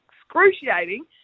excruciating